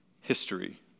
history